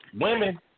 Women